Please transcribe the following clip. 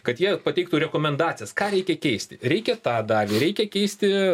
kad jie pateiktų rekomendacijas ką reikia keisti reikia tą dalį reikia keisti